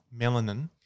melanin